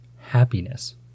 happiness